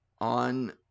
on